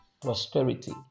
prosperity